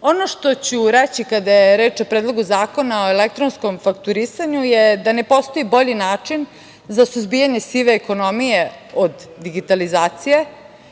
Ono što ću reći kada je reč o Predlogu zakona o elektronskom fakturisanju je da ne postoji bolji način za suzbijanje sive ekonomije od digitalizacije,